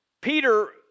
Peter